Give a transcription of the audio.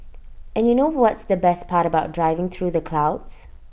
and you know what's the best part about driving through the clouds